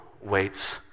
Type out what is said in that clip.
waits